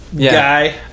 guy